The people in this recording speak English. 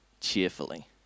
cheerfully